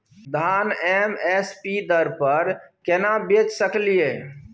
धान M S P दर पर केना बेच सकलियै?